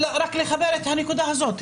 אני רק רוצה לחבר את הנקודה הזאת.